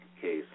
case